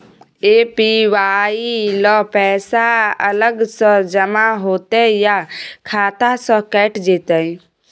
APY ल पैसा अलग स जमा होतै या खाता स कैट जेतै?